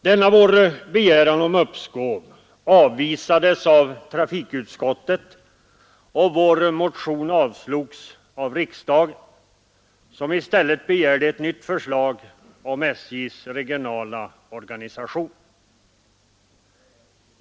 Denna vår begäran avvisades av trafikutskottet och vår motion avslogs av riksdagen, som i stället begärde ett nytt förslag om SJ:s regionala organisation.